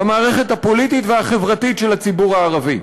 במערכת הפוליטית והחברתית של הציבור הערבי.